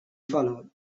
followed